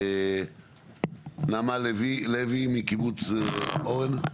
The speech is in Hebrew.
נעמה לוי מקיבוץ מורן.